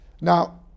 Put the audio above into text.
Now